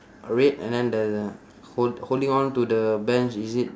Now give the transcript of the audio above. red and then there's a hold~ holding on to the bench is it